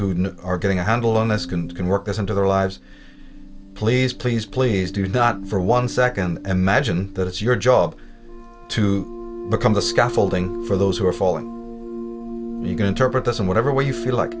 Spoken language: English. who are getting a handle on this can can work this into their lives please please please do not for one second imagine that it's your job to become the scaffolding for those who are following you can interpret this in whatever way you feel like